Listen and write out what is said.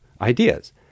ideas